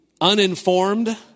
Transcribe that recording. uninformed